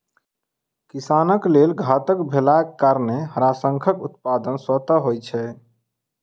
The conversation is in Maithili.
किसानक लेल घातक भेलाक कारणेँ हड़ाशंखक उत्पादन स्वतः होइत छै